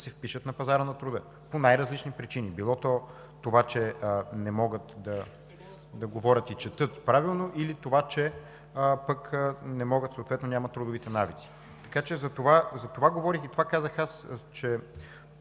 се впишат на пазара на труда по най-различни причини: било то това, че не могат да говорят и четат правилно, или това, че пък не могат и съответно нямат трудовите навици. Така че за това говорих и това казах аз, че